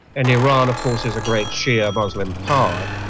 and iran of course is a great shia muslim power,